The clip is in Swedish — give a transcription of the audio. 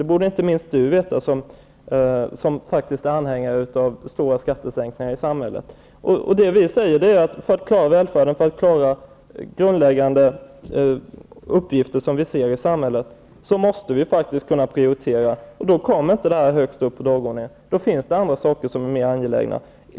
Det borde inte minst Henrik Landerholm veta, som är anhängare av stora skattesänkningar i samhället. För att klara välfärden och de grundläggande uppgifter som finns i samhället, måste vi faktiskt kunna prioritera, och då kommer inte detta högst upp på dagordningen. Det finns andra saker som är mer angelägna.